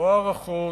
לא הערכות,